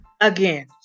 Again